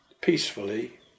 peacefully